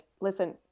listen